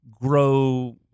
grow